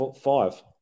five